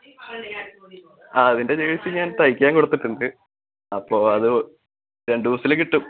ആ അതിൻ്റെ ജേഴ്സി ഞാൻ തൈക്കാൻ കൊടുത്തിട്ടുണ്ട് അപ്പോൾ അത് രണ്ട് ദിവസത്തിൽ കിട്ടും